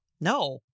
No